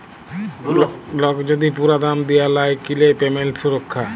lock যদি পুরা দাম দিয়া লায় কিলে পেমেন্ট সুরক্ষা